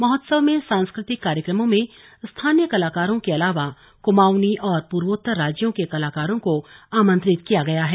महोत्सव में सांस्कृतिक कार्यक्रमों में स्थानीय कलाकारों के अलावा कुमांऊंनी और पूर्वोत्तर राज्यों के कलाकारों को भी आमंत्रित किया गया है